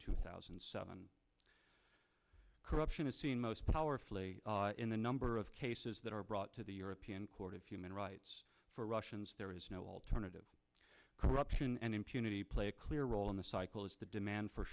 two thousand and seven corruption is seen most powerfully in the number of cases that are brought to the european court of human rights for russians there is no alternative corruption and impunity play a clear role in the cycle as the demand for